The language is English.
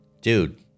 Dude